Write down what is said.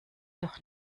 noch